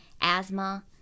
asthma